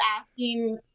asking